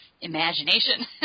Imagination